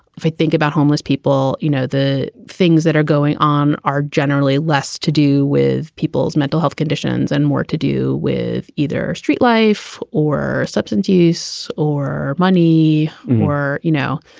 if i think about homeless people, you know, the things that are going on are generally less to do with people's mental health conditions and more to do with either street life or substance use or money more. you know,